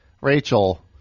Rachel